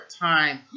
time